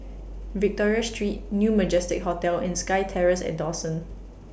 Victoria Street New Majestic Hotel and SkyTerrace At Dawson